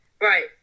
Right